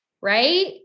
right